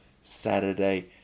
Saturday